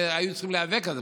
והיו צריכים להיאבק על זה.